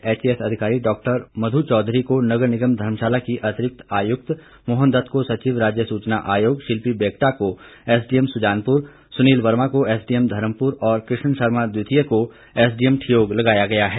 HAS अधिकारी डॉ मधु चौधरी को नगर निगम धर्मशाला की अतिरिक्त आयुक्त मोहन दत्त को सचिव राज्य सूचना आयोग शिल्पी बेक्टा को एसडीएम सुजानपुर सुनील वर्मा को एसडीएम धर्मपुर और कृष्ण शर्मा द्वितीय को एसडीएम ठियोग लगाया गया है